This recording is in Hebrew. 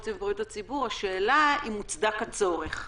הציבור השאלה אם מוצדק הצורך.